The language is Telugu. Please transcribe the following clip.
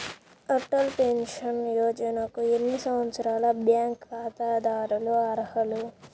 అటల్ పెన్షన్ యోజనకు ఎన్ని సంవత్సరాల బ్యాంక్ ఖాతాదారులు అర్హులు?